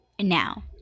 now